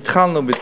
והתחלנו בטיפול.